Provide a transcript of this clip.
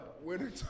Winter